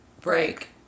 break